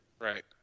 Right